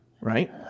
Right